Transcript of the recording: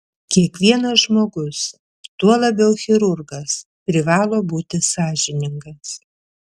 kiekvienas žmogus tuo labiau chirurgas privalo būti sąžiningas